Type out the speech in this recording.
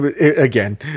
again